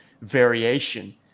variation